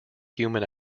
human